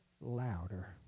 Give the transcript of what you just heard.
louder